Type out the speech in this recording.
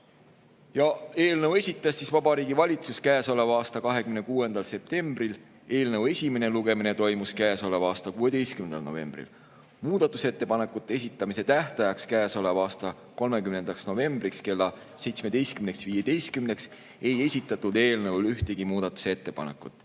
esitas Vabariigi Valitsus käesoleva aasta 26. septembril. Eelnõu esimene lugemine toimus käesoleva aasta 16. novembril. Muudatusettepanekute esitamise tähtajaks, käesoleva aasta 30. novembril kella 17.15‑ks ei esitatud eelnõu kohta ühtegi muudatusettepanekut.